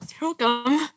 welcome